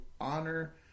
honor